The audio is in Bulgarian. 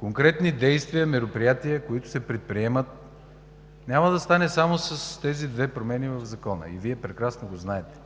конкретни действия и мероприятия, които се предприемат. Няма да стане само с тези две промени в Закона и Вие прекрасно го знаете.